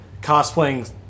cosplaying